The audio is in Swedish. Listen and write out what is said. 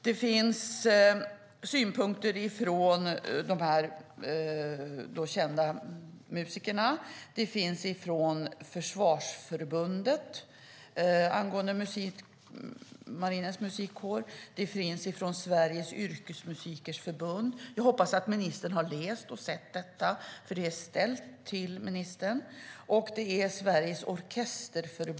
Det finns synpunkter från de här kända musikerna, som jag nyss citerade, angående Marinens Musikkår, det finns synpunkter från Försvarsförbundet, från Sveriges Yrkesmusikerförbund, från Sveriges Orkesterförbund och andra som har kommit med många bra och viktiga påståenden.